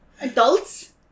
Adults